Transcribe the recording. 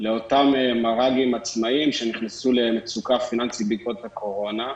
לאותם מר"גים עצמאיים שנכנסו למצוקה פיננסית בעקבות הקורונה.